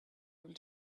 able